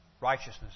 righteousness